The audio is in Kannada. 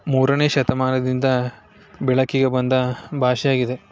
ಮೂರನೇ ಶತಮಾನದಿಂದ ಬೆಳಕಿಗೆ ಬಂದ ಭಾಷೆಯಾಗಿದೆ